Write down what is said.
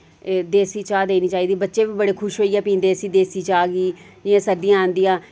एह् देसी चाह् देनी चाहिदी बच्चे बी बड़े खुश होइयै पींदे इस्सी देसी चाह् गी इ'यां सर्दियां औंदियां